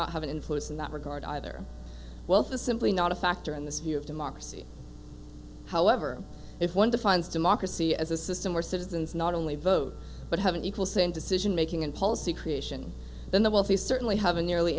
not have an influence in that regard either wealth is simply not a factor in this view of democracy however if one defines democracy as a system where citizens not only vote but have an equal say in decision making and policy creation then the wealthy certainly have a nearly